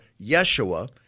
Yeshua